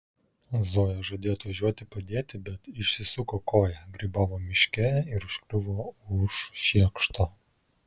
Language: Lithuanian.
zoja žadėjo atvažiuoti padėti bet išsisuko koją grybavo miške ir užkliuvo už šiekšto